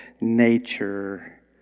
nature